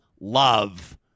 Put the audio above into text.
love